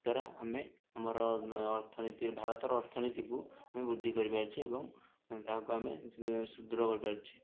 ଦ୍ୱାରା ଆମେ ଆମର ଅର୍ଥନୀତି ଭାରତର ଅର୍ଥନୀତିକୁ ଆମେ ବୃଦ୍ଧି କରିପାରିଛେ ଏବଂ ତାହାକୁ ଆମେ ସୁଦୃଢ଼ କରିପାରିଛେ